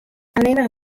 allinne